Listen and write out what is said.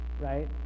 right